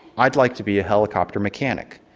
i'd like to be a helicopter mechanic.